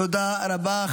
תודה רבה.